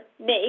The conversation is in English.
make